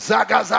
Zaga